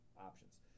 options